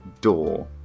door